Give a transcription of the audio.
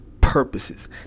purposes